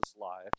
life